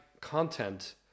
content